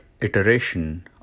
Iteration